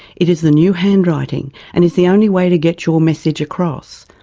it is the new handwriting and is the only way to get your message across.